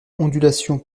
ondulations